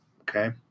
Okay